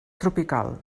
tropical